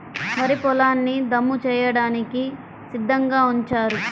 వరి పొలాల్ని దమ్ము చేయడానికి సిద్ధంగా ఉంచారు